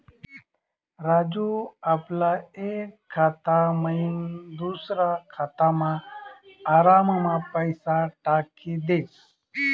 राजू आपला एक खाता मयीन दुसरा खातामा आराममा पैसा टाकी देस